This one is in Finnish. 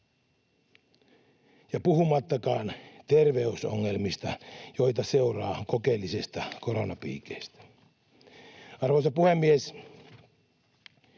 — puhumattakaan terveysongelmista, joita seuraa kokeellisista koronapiikeistä. Arvoisa puhemies!